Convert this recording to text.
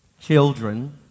Children